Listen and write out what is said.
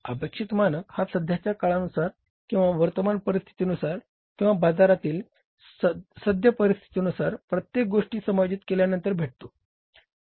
अपेक्षित मानक हा सध्याच्या काळानुसार किंवा वर्तमान परिस्थितीनुसार किंवा बाजारातील सद्य परिस्थितीनुसार प्रत्येक गोष्टी समायोजित केल्यानंतर भेटतो